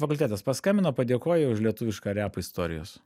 fakultetas paskambino padėkojo už lietuvišką repą istorijos